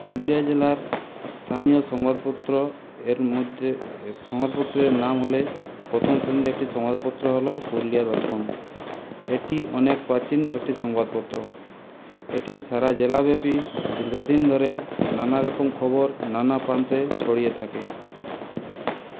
পুরুলিয়া জেলার স্থানীয় সংবাদপত্র এর মধ্যে এ সংবাদপত্রের নাম হলে প্রথম শ্রেণীর একটি সংবাদপত্র হলো পুরুলিয়া দর্পণ এটি অনেক প্রাচীন একটি সংবাদপত্র এটি সারা জেলাব্যাপী দীর্ঘ দিন ধরে নানা রকম খবর নানা প্রান্তে ছড়িয়ে থাকে